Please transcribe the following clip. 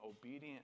obedient